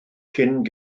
cyn